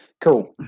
Cool